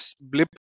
blip